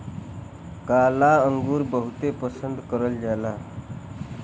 काला अंगुर बहुते पसन्द करल जाला